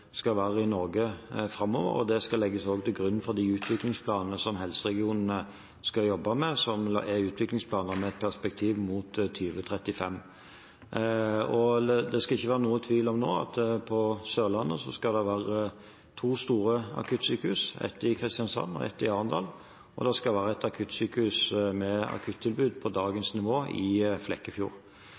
skal være i Norge framover. Det skal legges til grunn for de utviklingsplanene helseregionene skal jobbe med, som er utviklingsplaner med et perspektiv mot 2035. Det skal ikke være noen tvil om nå at på Sørlandet skal det være to store akuttsykehus, ett i Kristiansand og ett i Arendal, og det skal være et akuttsykehus med akuttilbud på dagens nivå i Flekkefjord.